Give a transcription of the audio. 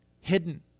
Hidden